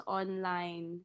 online